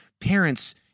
parents